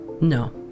no